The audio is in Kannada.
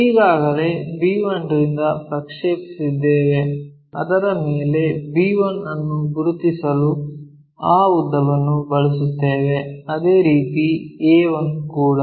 ಈಗಾಗಲೇ b1 ರಿಂದ ಪ್ರಕ್ಷೇಪಿಸಿದ್ದೇವೆ ಅದರ ಮೇಲೆ b1 ಅನ್ನು ಗುರುತಿಸಲು ಆ ಉದ್ದವನ್ನು ಬಳಸುತ್ತೇವೆ ಅದೇ ರೀತಿ a1 ಕೂಡ